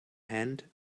hand